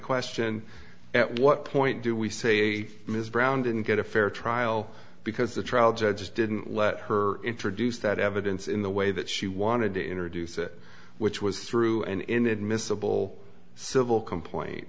question at what point do we say ms brown didn't get a fair trial because the trial judge didn't let her introduce that evidence in the way that she wanted to introduce it which was through an inadmissible civil complain